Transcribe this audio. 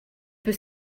peut